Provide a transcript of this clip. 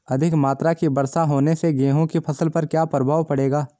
अधिक मात्रा की वर्षा होने से गेहूँ की फसल पर क्या प्रभाव पड़ेगा?